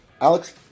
Alex